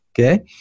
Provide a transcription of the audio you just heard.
okay